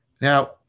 Now